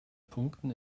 punkten